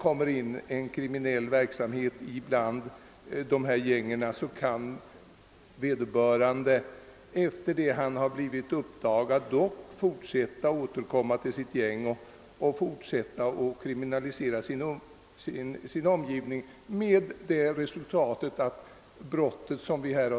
Om någon kriminell person kommer in i dessa gäng kan han fortsätta att kriminalisera sin omgivning även efter det att brottet har uppdagats.